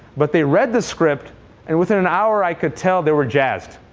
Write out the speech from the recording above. but they read the script and within an hour i could tell they were jazzed.